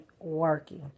working